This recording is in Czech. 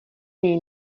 něj